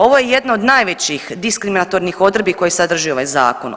Ovo je jedna od najvećih diskriminatornih odredbi koje sadrži ovaj zakon.